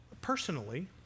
personally